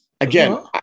Again